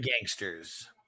Gangsters